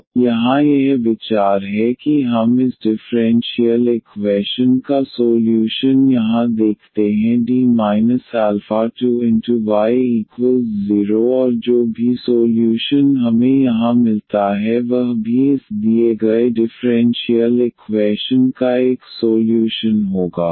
तो यहाँ यह विचार है कि हम इस डिफ़्रेंशियल इक्वैशन का सोल्यूशन यहाँ देखते हैं y0 और जो भी सोल्यूशन हमें यहाँ मिलता है वह भी इस दिए गए डिफ़्रेंशियल इक्वैशन का एक सोल्यूशन होगा